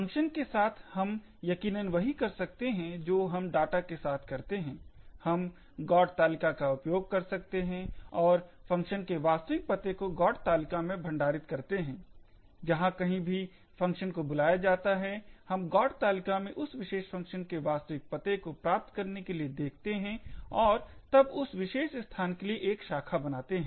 function के साथ हम यकीनन वही कर सकते हैं जो हम डाटा के साथ करते हैं हम GOT तालिका का उपयोग कर सकते हैं और फंक्शन के वास्तविक पते को GOT तालिका में भंडारित करते हैं जहां कहीं भी फंक्शन को बुलाया जाता है हम GOT तालिका में उस विशेष फंक्शन के वास्तविक पते को प्राप्त करने के लिए देखते हैं और तब उस विशेष स्थान के लिए एक शाखा बनाते हैं